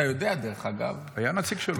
היה נציג שלו.